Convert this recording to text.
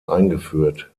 eingeführt